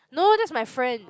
no that's my friend